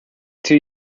two